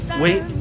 Wait